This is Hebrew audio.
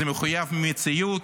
זה מחויב המציאות,